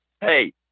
Hey